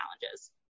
challenges